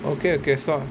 okay okay so